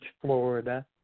Florida